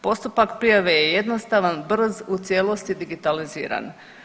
Postupak prijave je jednostavan, brzi u cijelosti digitaliziran.